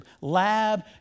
lab